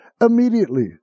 immediately